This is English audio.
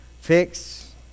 fix